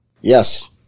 yes